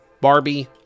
Barbie